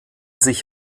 sich